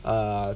err